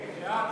כהצעת